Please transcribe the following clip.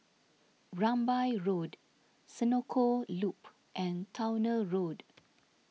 Rambai Road Senoko Loop and Towner Road